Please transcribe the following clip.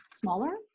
smaller